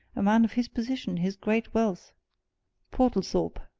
a man of his position, his great wealth portlethorpe!